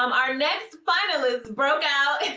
um our next finalists broke out.